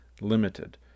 limited